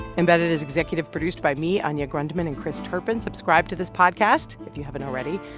embedded is executive produced by me, anya grundmann and chris turpin. subscribe to this podcast, if you haven't already.